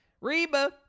Reba